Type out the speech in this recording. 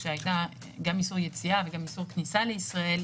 היה גם איסור יציאה וגם איסור כניסה לישראל.